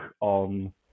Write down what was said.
on